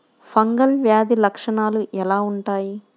Fungal వ్యాధి లక్షనాలు ఎలా వుంటాయి?